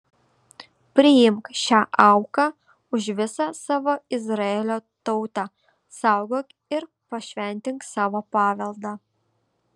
priimk šią auką už visą savo izraelio tautą saugok ir pašventink savo paveldą